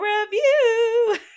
review